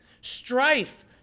Strife